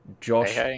Josh